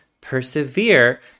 persevere